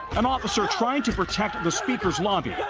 an officer trying to protect the speaker's an